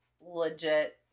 legit